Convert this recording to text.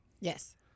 Yes